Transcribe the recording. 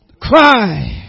Cry